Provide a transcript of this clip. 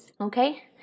okay